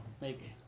make